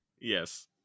Yes